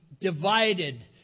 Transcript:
divided